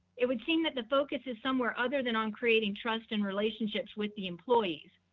it would seem that the focus is somewhere other than on creating trust and relationships with the employees.